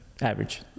average